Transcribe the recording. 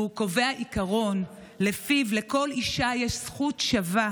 והוא קובע עיקרון שלפיו לכל אישה יש זכות שווה